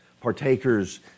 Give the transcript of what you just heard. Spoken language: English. partakers